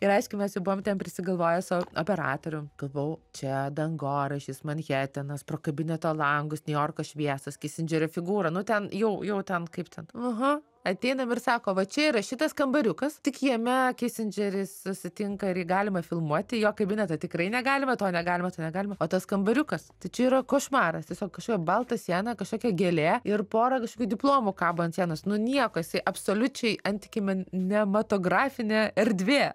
ir aišku mes jau buvom ten prisigalvoję su operatorium galvojau čia dangoraižis manhetenas pro kabineto langus niujorko šviesos kisindžerio figūra nu ten jau ten kaip ten aha ateinam ir sako va čia yra šitas kambariukas tik jame kisindžeris susitinka ir jį galima filmuoti jo kabineto tikrai negalima to negalima to negalima o tas kambariukas tai čia yra košmaras tiesiog kažkokia balta siena kažkokia gėlė ir pora kažkokių diplomų kabo ant sienos nu nieko jisai absoliučiai antikinematografinė erdvė